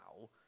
now